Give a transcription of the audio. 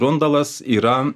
grundalas yra